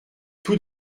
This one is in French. tout